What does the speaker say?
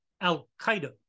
Al-Qaeda